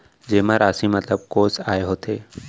जेमा राशि मतलब कोस आय होथे?